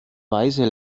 weise